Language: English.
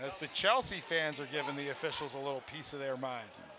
that's the chelsea fans are given the officials a little piece of their mind